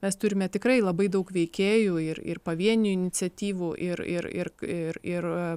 mes turime tikrai labai daug veikėjų ir ir pavienių iniciatyvų ir ir ir ir ir